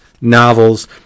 novels